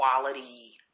quality